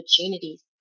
opportunities